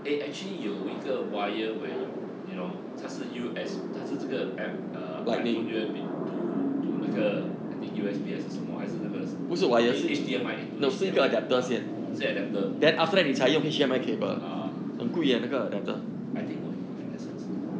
eh actually 有一个 wire where you know 他是 U_S 他是这个 eh uh iphone U_S_B to to 那个 I think U_S_B 还是什么还是那个 oh H_D_M_I into H_D_M_I adap~ ah 是 adapter ah I think 我有买 leh 上次